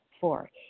Four